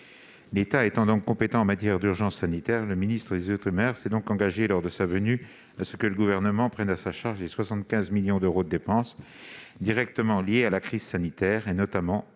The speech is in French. L'État étant donc compétent en matière d'urgence sanitaire, le ministre des outre-mer s'est engagé, lors de sa venue, à ce que le Gouvernement prenne à sa charge les 75 millions d'euros de dépenses directement liées à la crise sanitaire, notamment pour le